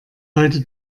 heute